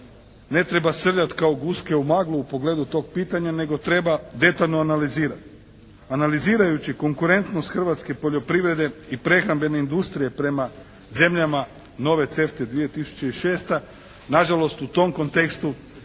ne treba srljati kao guske u maglu u pogledu tog pitanja, nego treba detaljno analizirati. Analizirajući konkurentnost hrvatske poljoprivrede i prehrambene industrije prema zemljama Nove CEFTA-e 2006., nažalost u tom kontekstu